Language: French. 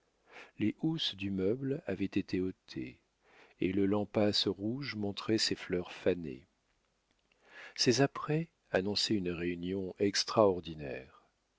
les housses du meuble avaient été ôtées et le lampasse rouge montrait ses fleurs fanées ces apprêts annonçaient une réunion extraordinaire